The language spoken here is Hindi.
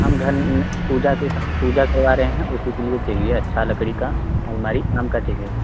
हम घर पूजा के स पूजा करवा रहे हैं उसी के लिए चाहिए अच्छा लकड़ी का अलमारी आम का चाहिए